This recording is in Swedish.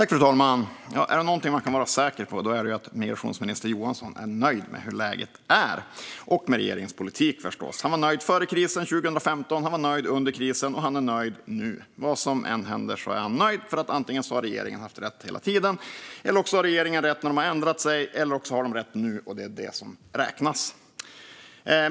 Fru talman! Är det något man kan vara säker på är det att migrationsminister Johansson är nöjd med hur läget är och med regeringens politik, förstås. Han var nöjd före krisen 2015, han var nöjd under krisen och han är nöjd nu. Vad som än händer är han nöjd. Antingen har regeringen nämligen haft rätt hela tiden, eller också har de rätt när de har ändrat sig. Eller så har de rätt nu, och det är det som räknas.